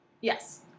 Yes